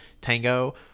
Tango